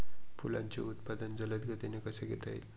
फुलांचे उत्पादन जलद गतीने कसे घेता येईल?